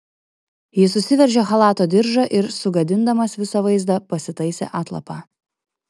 jis susiveržė chalato diržą ir sugadindamas visą vaizdą pasitaisė atlapą